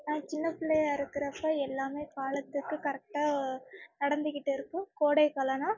நான் சின்னப் பிள்ளையா இருக்கிறப்போ எல்லாம் காலத்துக்கு கரெக்டாக நடந்திக்கிட்டு இருக்கும் கோடைகாலம்னா